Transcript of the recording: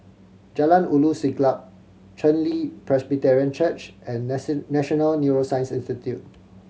Jalan Ulu Siglap Chen Li Presbyterian Church and National Neuroscience Institute